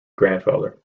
grandfather